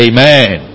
Amen